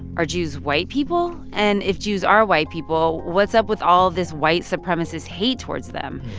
are jews white people? and if jews are white people, what's up with all this white-supremacist hate towards them?